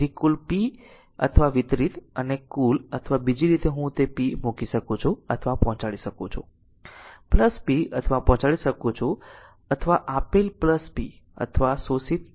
તેથી કુલ p અથવા વિતરિત અને કુલ અથવા બીજી રીતે હું તે p મૂકી શકું છું અથવા પહોંચાડી શકું છું p અથવા પહોંચાડી શકું છું અથવા આપેલ p અથવા શોષિત 0